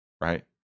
right